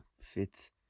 fits